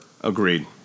Agreed